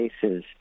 cases